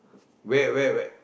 where where where